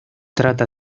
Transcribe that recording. trata